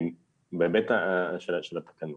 בהיבט של התקנות,